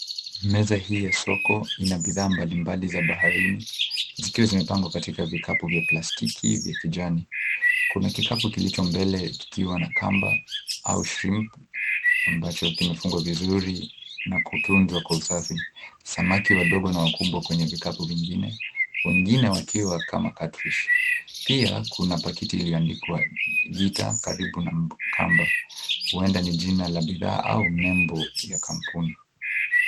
Meza hii ya soko ina bidhaa mbalimbali za baharini zikiwa zimepangwa katika vikapu vya plastiki ya kijani. Kuna kikapu kilicho mbele kikiwa na kamba au shrimp ambacho kimefungwa vizuri na kutunzwa kwa usafi. Samaki wadogo na wakubwa kwenye vikapu vingine, wengine wakiwa kama catfish . Pia kuna pakiti iliyoandikwa Jita karibu na kamba:huenda ni jina la bidhaa au nembo ya kampuni.